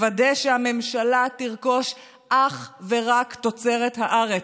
לוודא שהממשלה תרכוש אך ורק תוצרת הארץ.